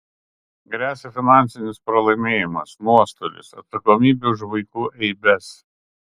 gresia finansinis pralaimėjimas nuostolis atsakomybė už vaikų eibes